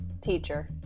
Teacher